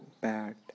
bad